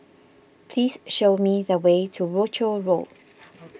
please show me the way to Rochor Road